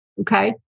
Okay